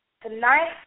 tonight